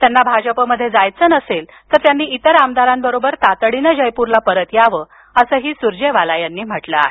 त्यांना भाजपमध्ये जायचं नसेल तर त्यांनी इतर आमदारांबरोबर तातडीनं जयपूरला परत यावं असंही सुरजेवाला यांनी म्हटलं आहे